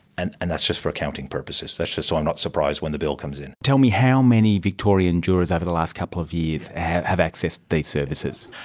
and and that's just for accounting purposes, that's just so i'm not surprised when the bill comes in. tell me, how many victorian jurors over the last couple of years have accessed these services?